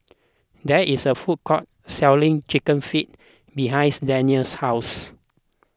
there is a food court selling Chicken Feet behinds Denny's house